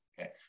Okay